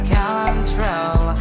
control